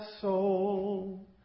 soul